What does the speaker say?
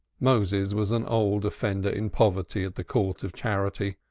moses was an old offender in poverty at the court of charity.